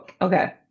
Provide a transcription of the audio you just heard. Okay